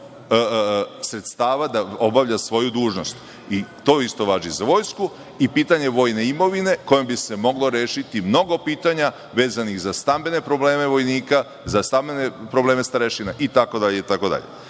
sredstava da obavlja svoju dužnost. To isto važi za vojsku i pitanje vojne imovine kojom bi se moglo mnogo pitanja vezanih za stambene probleme vojnika, za stambene probleme starešina itd,